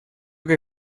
que